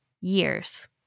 years